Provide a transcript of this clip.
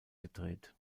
gedreht